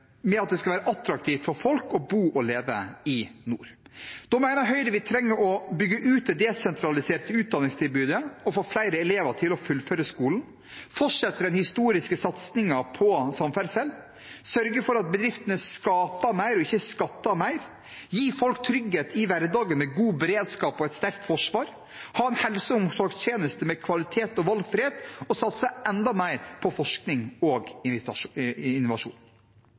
med at det skal være attraktivt for folk å bo og leve i nord. Da mener Høyre vi trenger å bygge ut det desentraliserte utdanningstilbudet og få flere elever til å fullføre skolen, fortsette den historiske satsingen på samferdsel, sørge for at bedriftene skaper mer og ikke skatter mer, gi folk trygghet i hverdagen med god beredskap og et sterkt forsvar, ha en helse- og omsorgstjeneste med kvalitet og valgfrihet og satse enda mer på forskning og